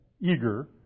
eager